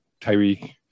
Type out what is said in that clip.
Tyreek